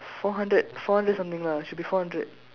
four hundred four hundred something lah should be four hundred